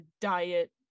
diet